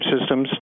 systems